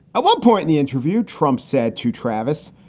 at what point in the interview trump said to travis,